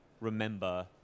remember